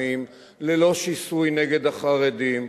ללא שיסוי נגד החרדים,